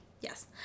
Yes